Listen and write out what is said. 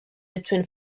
between